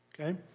Okay